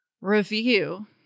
review